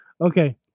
Okay